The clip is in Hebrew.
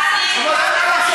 אבל אין מה לעשות,